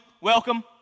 welcome